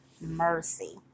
mercy